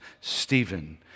Stephen